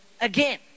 again